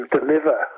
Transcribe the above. deliver